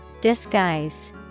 Disguise